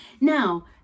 Now